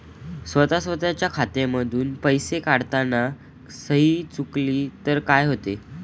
स्वतः स्वतःच्या खात्यातून पैसे काढताना सही चुकली तर काय होते?